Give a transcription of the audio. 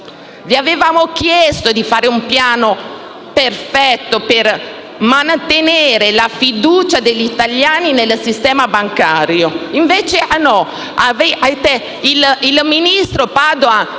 vi avevamo chiesto di realizzare un piano perfetto per mantenere la fiducia degli italiani nel sistema bancario. Invece no! Il ministro Padoan,